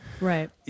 Right